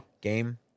game